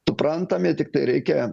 suprantami tiktai reikia